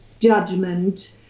judgment